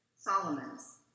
Solomon's